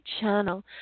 channel